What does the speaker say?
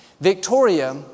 Victoria